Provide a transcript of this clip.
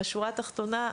בשורה התחתונה,